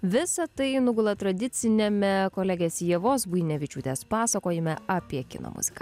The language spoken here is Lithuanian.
visa tai nugula tradiciniame kolegės ievos buinevičiūtės pasakojime apie kino muziką